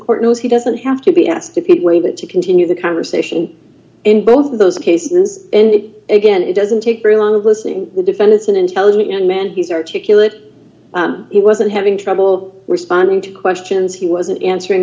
court knows he doesn't have to be asked if it were a that to continue the conversation in both of those cases and again it doesn't take very long listening the defendants an intelligent young man he's articulate he wasn't having trouble responding to questions he wasn't answering